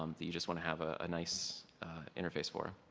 um that you just want to have a nice interface for.